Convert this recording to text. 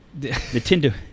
Nintendo